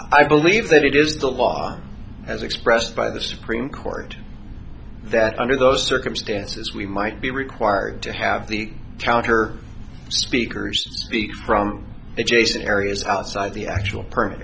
i believe that it is the law as expressed by the supreme court that under those circumstances we might be required to have the counter speakers speak from jason areas outside the actual permit